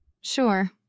Sure